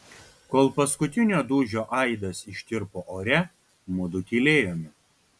kol paskutinio dūžio aidas ištirpo ore mudu tylėjome